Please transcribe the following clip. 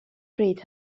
bryd